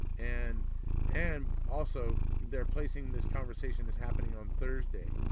and and also they're placing this conversation as happening on thursday.